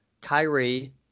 Kyrie